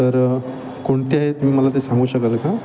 तर कोणते आहे तुम्ही मला ते सांगू शकाल का